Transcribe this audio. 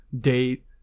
date